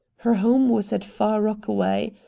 her home was at far rockaway.